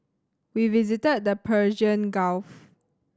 we visited the Persian Gulf